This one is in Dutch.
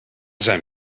zijn